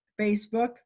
Facebook